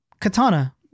Katana